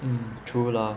mm true lah